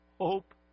hope